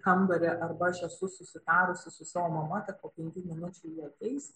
kambarį arba aš esu susitarusi su savo mama kad po penkių minučių ji ateis